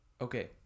okay